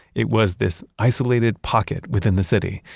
it was this isolated pocket within the city.